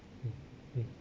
mm mm